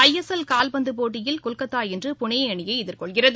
ஐ S S கால்பந்து போட்டியில் கொல்கத்தா இன்று புனே அணியை எதிர்கொள்கிறது